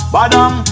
Badam